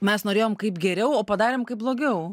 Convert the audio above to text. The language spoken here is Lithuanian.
mes norėjom kaip geriau o padarėm kaip blogiau